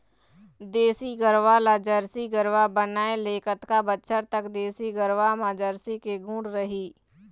देसी गरवा ला जरसी गरवा बनाए ले कतका बछर तक देसी गरवा मा जरसी के गुण रही?